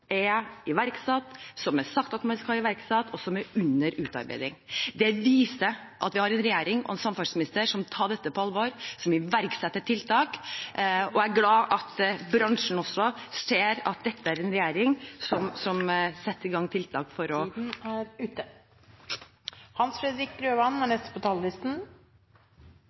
er iverksatt, som man skal iverksette, og som er under utarbeiding. Det viser at vi har en regjering og en samferdselsminister som tar dette alvorlig, og som iverksetter tiltak. Jeg er glad for at bransjen også ser at dette er en regjering som setter i gang tiltak for å … Tiden er ute.